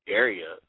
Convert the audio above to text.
area